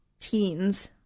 teens